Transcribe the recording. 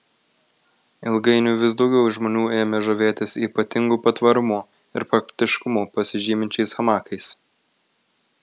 ilgainiui vis daugiau žmonių ėmė žavėtis ypatingu patvarumu ir praktiškumu pasižyminčiais hamakais